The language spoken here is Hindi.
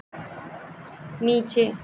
नीचे